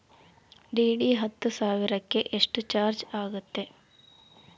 DD ಹತ್ತು ಸಾವಿರಕ್ಕೆ ಎಷ್ಟು ಚಾಜ್೯ ಆಗತ್ತೆ?